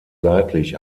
seitlich